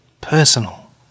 personal